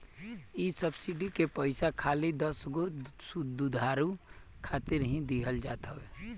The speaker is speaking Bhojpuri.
इ सब्सिडी के पईसा खाली दसगो दुधारू खातिर ही दिहल जात हवे